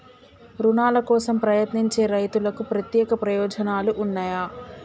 రుణాల కోసం ప్రయత్నించే రైతులకు ప్రత్యేక ప్రయోజనాలు ఉన్నయా?